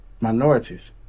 minorities